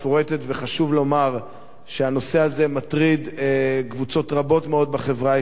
וחשוב לומר שהנושא הזה מטריד קבוצות רבות מאוד בחברה הישראלית,